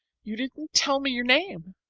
you didn't tell me your name.